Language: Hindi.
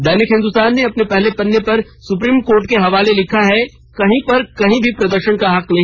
दैनिक हिन्दुस्तान ने अपने पहले पन्ने पर सुप्रीम कोर्ट के हवाले लिखा है कहीं पर कहीं भी प्रदर्शन का हक नहीं